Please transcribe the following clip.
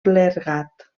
clergat